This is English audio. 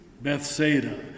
Bethsaida